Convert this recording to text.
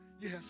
yes